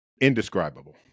indescribable